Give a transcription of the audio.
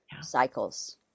cycles